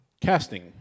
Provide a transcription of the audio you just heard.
Casting